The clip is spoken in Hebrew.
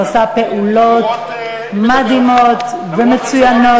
הוא עשה פעולות מדהימות ומצוינות,